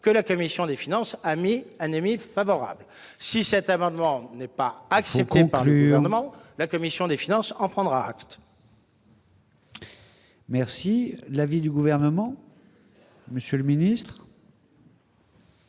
que la commission des finances anémie favorable si cet amendement n'est pas accepté une parure hurlement, la commission des finances en prendre acte. Merci l'avis du gouvernement, monsieur le Ministre.